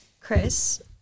Chris